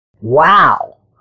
Wow